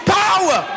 power